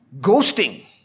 ghosting